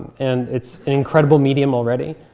and it's an incredible medium already.